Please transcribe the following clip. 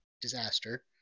disaster